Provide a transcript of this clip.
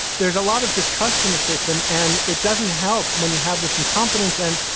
there's a lot of distrust in the system and it doesn't help when you have this incompetence. and,